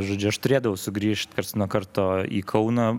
žodžiu aš turėdavau sugrįžt karts nuo karto į kauną